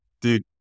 Dude